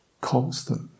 constant